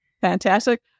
Fantastic